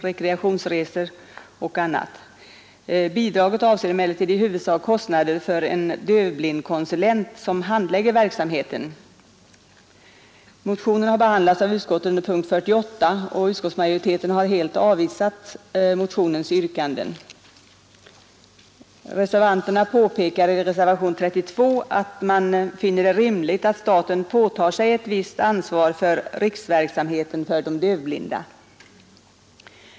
Motionen har 4 april 1973 behandlats av utskottet under punkten 48, och utskottsmajoriteten har —— helt avvisat motionens yrkande. Reservanterna påpekar i reservationen 32 Handikappvård, att man finner det rimligt att staten påtar sig ett visst ansvar för arbetsmiljö m.m. riksverksamheten för de dövblinda.